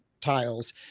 tiles